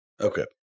Okay